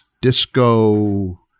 disco